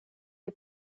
die